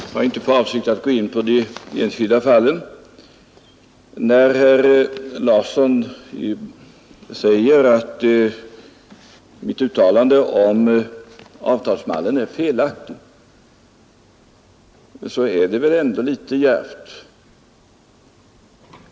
Herr talman! Jag har inte för avsikt att gå in på de enskilda fallen. När herr Larsson i Staffanstorp säger att mitt uttalande om avtalsmallen är felaktigt, så är det väl ändå litet djärvt.